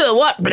ah what? but